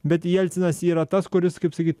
bet jelcinas yra tas kuris kaip sakyt